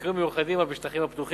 ובמקרים מיוחדים אף בשטחים הפתוחים